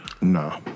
No